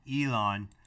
Elon